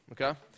Okay